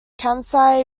kansai